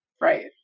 Right